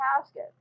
casket